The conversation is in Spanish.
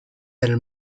del